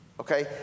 Okay